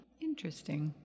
Interesting